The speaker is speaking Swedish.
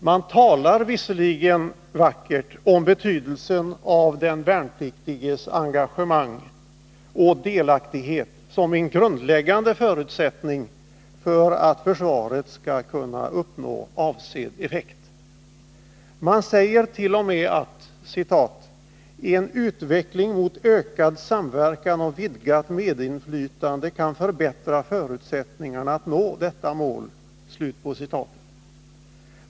Man talar vackert om betydelsen av den värnpliktiges engagemang och delaktighet som en grundläggande förutsättning för att försvaret skall kunna uppnå avsedd effekt. Man säger t.o.m. att ”en utveckling mot ökad samverkan och vidgat medinflytande kan förbättra förutsättningarna att nå dessa mål”.